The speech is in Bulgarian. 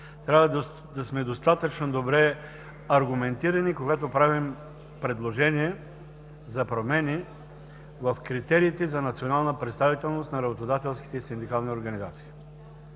трябва да сме достатъчно добре аргументирани, когато правим предложения за промени в критериите за национална представителност на работодателските и синдикални организации.